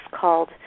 called